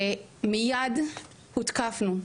ומייד הותקפנו.